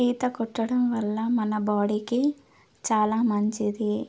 ఈత కొట్టడం వల్ల మన బాడీకి చాలా మంచిది